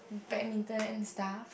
badminton and stuff